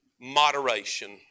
Moderation